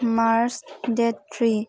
March date three